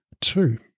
Two